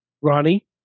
Ronnie